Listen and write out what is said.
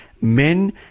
men